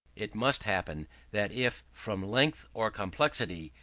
it must happen that if, from length or complexity,